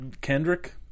Kendrick